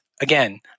Again